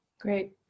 Great